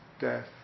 death